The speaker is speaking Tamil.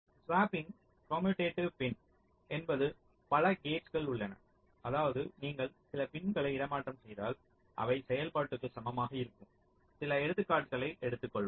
ஸ்வாப்பிங் கம்முடேடிவ் பின் என்பது பல கேட்கள் உள்ளன அதாவது நீங்கள் சில பின்களை இடமாற்றம் செய்தால் அவை செயல்பாட்டுக்கு சமமாக இருக்கும் சில எடுத்துக்காட்டுகளை எடுத்துக்கொள்வோம்